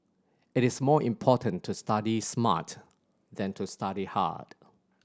it is more important to study smart than to study hard